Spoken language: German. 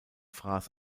fraß